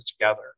together